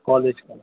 college کا